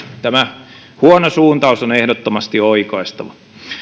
tämä huono suuntaus on ehdottomasti oikaistava